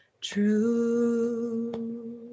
true